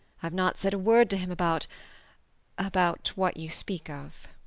i've not said a word to him about about what you speak of.